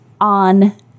on